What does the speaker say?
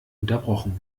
unterbrochen